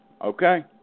okay